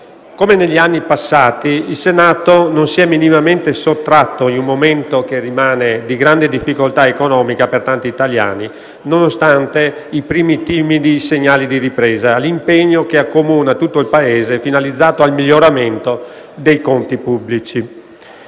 Come negli anni passati, il Senato non si è minimamente sottratto, in un momento che rimane di grande difficoltà economica per tanti italiani, nonostante i primi timidi segnali di ripresa, all'impegno che accomuna tutto il Paese finalizzato al miglioramento dei conti pubblici.